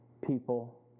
people